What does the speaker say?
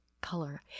color